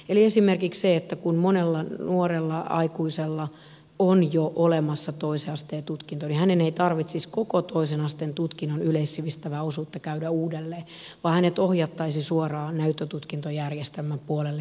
eli esimerkiksi siinä kun monella nuorella aikuisella on jo olemassa toisen asteen tutkinto hänen ei tarvitsisi koko toisen asteen tutkinnon yleissivistävää osuutta käydä uudelleen vaan hänet ohjattaisiin suoraan näyttötutkintojärjestelmän puolelle tekemään tutkintoa